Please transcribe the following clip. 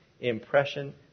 impression